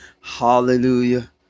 hallelujah